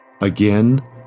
again